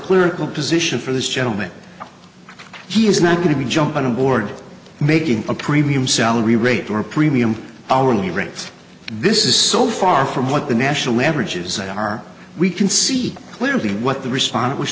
clear position for this gentleman he is not going to be jumping on board making a premium salary rate or premium hourly rates and this is so far from what the national averages are we can see clearly what the respondent was